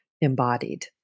embodied